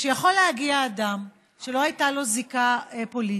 שיכול להגיע אדם שלא הייתה לו זיקה פוליטית,